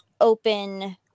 open